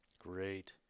great